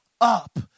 up